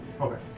Okay